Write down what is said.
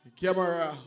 Camera